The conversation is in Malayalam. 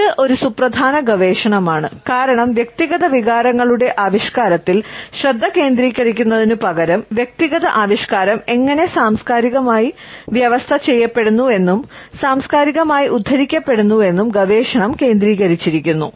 ഇത് ഒരു സുപ്രധാന ഗവേഷണമാണ് കാരണം വ്യക്തിഗത വികാരങ്ങളുടെ ആവിഷ്കാരത്തിൽ ശ്രദ്ധ കേന്ദ്രീകരിക്കുന്നതിനുപകരം വ്യക്തിഗത ആവിഷ്കാരം എങ്ങനെ സാംസ്കാരികമായി വ്യവസ്ഥ ചെയ്യപ്പെടുന്നുവെന്നും സാംസ്കാരികമായി ഉദ്ധരിക്കപ്പെടുന്നുവെന്നും ഗവേഷണം കേന്ദ്രീകരിച്ചിരിക്കുന്നു